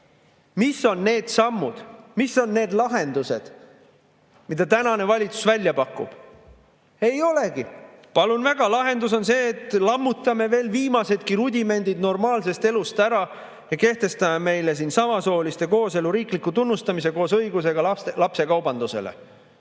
Mis on need sammud, mis on need lahendused, mida tänane valitsus välja pakub? Ei olegi. Palun väga, lahendus on see, et lammutame viimasedki rudimendid normaalsest elust ära ja kehtestame meile siin samasooliste kooselu riikliku tunnustamise koos õigusega lapsekaubandusele.